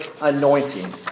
anointing